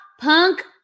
punk